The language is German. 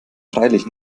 freilich